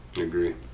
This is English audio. agree